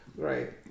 Right